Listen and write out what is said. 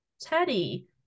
teddy